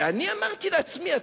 ואני אמרתי לעצמי,